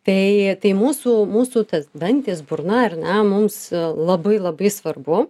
tai tai mūsų mūsų tos dantys burna ar ne mums labai labai svarbu